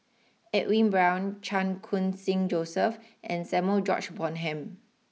Edwin Brown Chan Khun sing Joseph and Samuel George Bonham